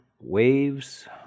waves